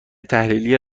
تحلیلی